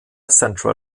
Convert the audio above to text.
central